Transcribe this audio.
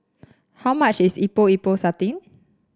how much is Epok Epok Sardin